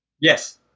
Yes